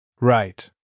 Right